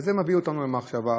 וזה מביא אותנו למחשבה אחת,